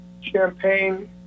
champagne